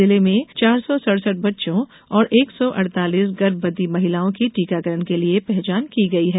जिले में चार सौ सड़सठ बच्चों और एक सौ अडतालीस गर्भवती महिलाओं की टीकाकरण के लिए पहचान की गई है